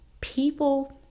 people